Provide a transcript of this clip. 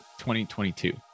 2022